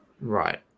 Right